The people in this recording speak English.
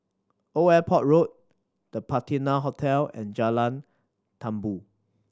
Old Airport Road The Patina Hotel and Jalan Tambur